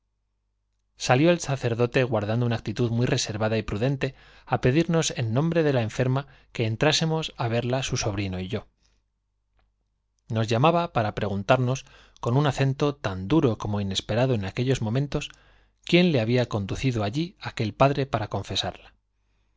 salió el sacerdote guardando una actitud muy reservada y prudente á pedirnos en nombre de la enferma que entrásemos á verla su sobrino y yo n os llamaba para preguntarnos con un acento tan duro como inesperado en aquellos momentos quién le había conducido allí aquel padre para confesarla